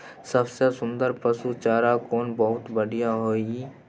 सबसे सुन्दर पसु चारा कोन बहुत बढियां होय इ?